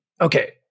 Okay